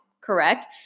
correct